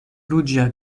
ruĝa